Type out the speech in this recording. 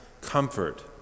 comfort